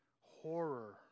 horror